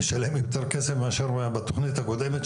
משלם יותר כסף מאשר בתכנית הקודמת,